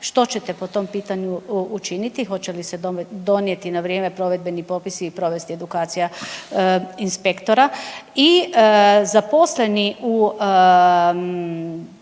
Što ćete po tom pitanju učiniti, hoće li se donijeti na vrijeme provedbeni propisi i provesti edukacija inspektora? I zaposleni u